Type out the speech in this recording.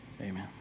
Amen